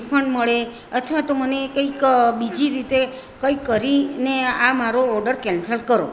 refund મળે અથવા તો મને કંઈક બીજી રીતે કંઈક કરીને આ મારો ઓડર કેન્સલ કરો